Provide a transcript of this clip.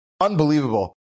unbelievable